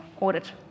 audit